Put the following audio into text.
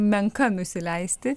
menka nusileisti